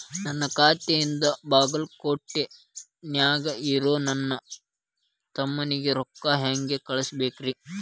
ನನ್ನ ಖಾತೆಯಿಂದ ಬಾಗಲ್ಕೋಟ್ ನ್ಯಾಗ್ ಇರೋ ನನ್ನ ತಮ್ಮಗ ರೊಕ್ಕ ಹೆಂಗ್ ಕಳಸಬೇಕ್ರಿ?